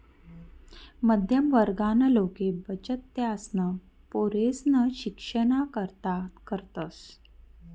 मध्यम वर्गना लोके बचत त्यासना पोरेसना शिक्षणना करता करतस